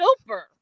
super